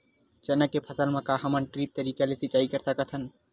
चना के फसल म का हमन ड्रिप तरीका ले सिचाई कर सकत हन?